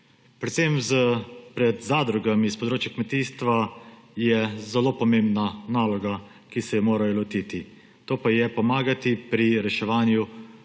Predvsem pred zadrugami s področja kmetijstva je zelo pomembna naloga, ki se je morajo lotiti, to pa je pomagati pri reševanju